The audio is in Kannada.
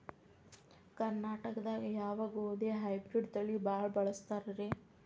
ಕರ್ನಾಟಕದಾಗ ಯಾವ ಗೋಧಿ ಹೈಬ್ರಿಡ್ ತಳಿ ಭಾಳ ಬಳಸ್ತಾರ ರೇ?